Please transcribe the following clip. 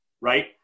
right